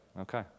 Okay